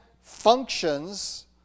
functions